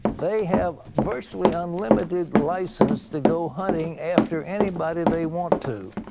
they have virtually unlimited license to go hunting after anybody they want to.